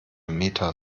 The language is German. meta